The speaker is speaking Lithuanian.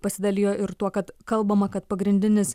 pasidalijo ir tuo kad kalbama kad pagrindinis